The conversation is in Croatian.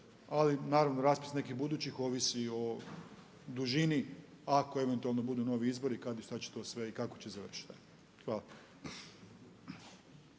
ali naravno raspis nekih budućih ovisi o dužni ako eventualno budu novi izbori kada i šta će to sve i kako će završiti. Hvala.